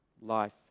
Life